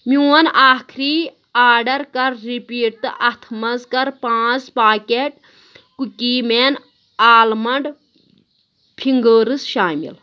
میون آخری آرڈر کر رِپیٖٹ تہٕ اتھ مَنٛز کر پانٛژھ packet cookie man almond fingers شامِل